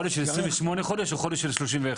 חודש של 28 ימים או חודש 31?